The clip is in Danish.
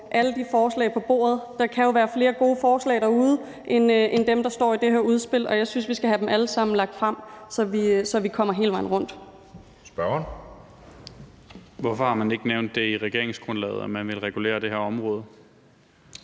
alle forslag på bordet. Der kan jo være flere gode forslag derude end dem, der står i det her udspil, og jeg synes, vi skal have dem alle sammen lagt frem, så vi kommer hele vejen rundt. Kl. 15:31 Anden næstformand (Jeppe Søe): Spørgeren. Kl. 15:31